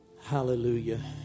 Hallelujah